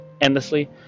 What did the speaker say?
endlessly